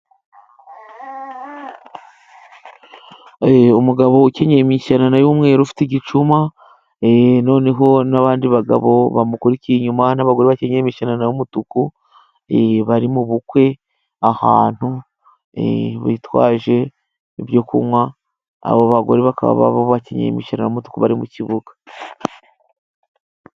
Umugabo ukenyeye imishanana y'umweru, ufite igicuma, noneho n'abandi bagabo bamukurikiye inyuma, n'abagore bakenyeye imishanana n'umutuku bari mu bukwe ahantu, bitwaje ibyo kunywa, abo bagore bakaba bakenyeye imishanana y'umutuku bari mu kibuga.